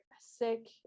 sick